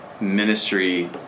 ministry